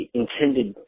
intended